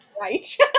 Right